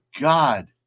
God